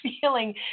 feeling